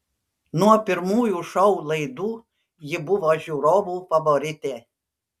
nuo pirmųjų šou laidų ji buvo žiūrovų favoritė